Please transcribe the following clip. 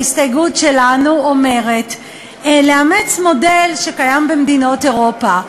ההסתייגות שלנו אומרת לאמץ מודל שקיים במדינות אירופה,